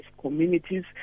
communities